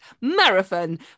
marathon